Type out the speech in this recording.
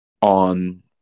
on